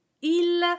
Il